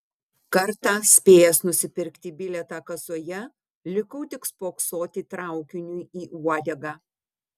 kartą spėjęs nusipirkti bilietą kasoje likau tik spoksoti traukiniui į uodegą